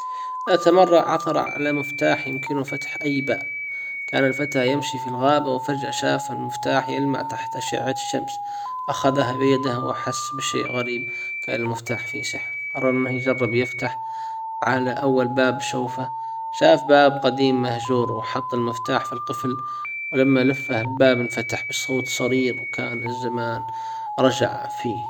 ذات مرة عثر على مفتاح يمكنه فتح اي باب كان الفتى يمشي في الغابة وفجأة شاف المفتاح يلمع تحت اشعة الشمس اخذها بيده وحس بشيء غريب فهالمفتاح فيه سحر ارى انه يجرب يفتح على اول باب شوفه شاف باب قديم مهجور وحط المفتاح في القفل ولما لفه الباب انفتح بصوت صرير وكأن الزمان رجع فيه.